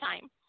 time